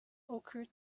occurred